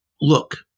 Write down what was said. look